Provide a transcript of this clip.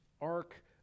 ark